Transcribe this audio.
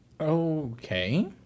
Okay